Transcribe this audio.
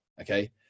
okay